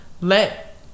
let